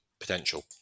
potential